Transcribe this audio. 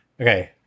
Okay